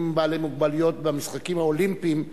בעלי מוגבלויות במשחקים האולימפיים.